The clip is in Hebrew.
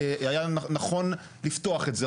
היה נכון לפתוח את זה.